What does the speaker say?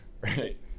right